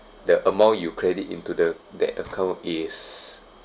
the amount you credit into the that account is